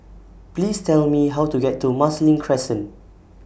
Please Tell Me How to get to Marsiling Crescent